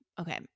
Okay